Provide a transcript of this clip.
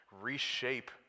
reshape